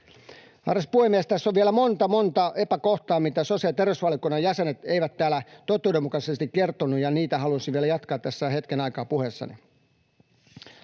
Arvoisa puhemies! Tässä on vielä monta, monta epäkohtaa, mitä sosiaali- ja terveysvaliokunnan jäsenet eivät täällä totuudenmukaisesti kertoneet, ja niitä haluaisin vielä jatkaa hetken aikaa puheessani.